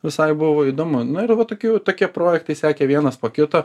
visai buvo įdomu na ir va tokiu tokie projektai sekė vienas po kito